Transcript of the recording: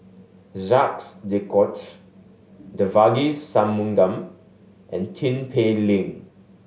Jacques De Coutre Devagi Sanmugam and Tin Pei Ling